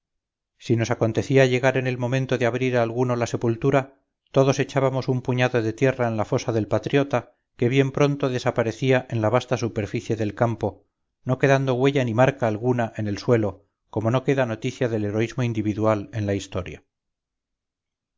si nos acontecía llegar en el momento de abrir a alguno la sepultura todos echábamos un puñado de tierra en la fosa del patriota que bien pronto desaparecía en la vasta superficie del campo no quedando huella ni marca alguna en el suelo como no queda noticia del heroísmo individual en la historia